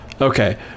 Okay